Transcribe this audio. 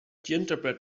gingerbread